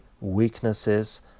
weaknesses